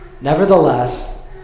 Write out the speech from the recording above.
Nevertheless